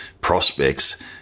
prospects